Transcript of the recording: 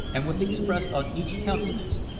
and was expressed on each countenance,